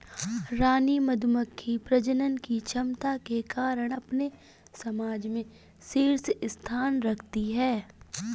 रानी मधुमक्खी प्रजनन की क्षमता के कारण अपने समाज में शीर्ष स्थान रखती है